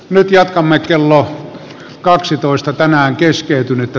nyt jatkamme kello kaksitoista mahdollisesti ongelmia